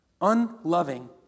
Unloving